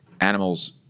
animals